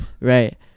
Right